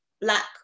black